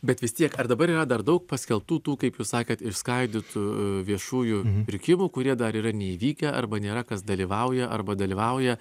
bet vis tiek ar dabar yra dar daug paskelbtų tų kaip jūs sakėt išskaidytų viešųjų pirkimų kurie dar yra neįvykę arba nėra kas dalyvauja arba dalyvauja